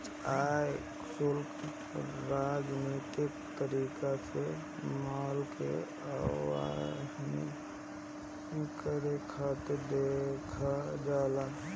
आयात शुल्क राजनीतिक तरीका से माल के आवाजाही करे खातिर देहल जाला